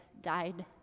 died